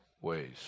ways